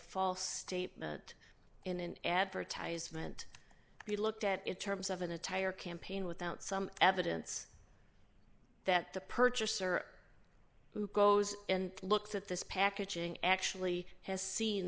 false statement in an advertisement be looked at in terms of in a tire campaign without some evidence that the purchaser who goes in looked at this packaging actually has seen